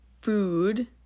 food